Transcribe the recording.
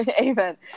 Amen